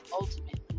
ultimately